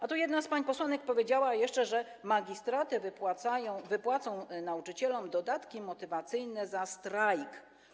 A tu jedna z pań posłanek powiedziała jeszcze, że magistraty wypłacą nauczycielom dodatki motywacyjne za strajk.